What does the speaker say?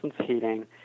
heating